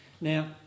Now